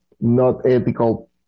not-ethical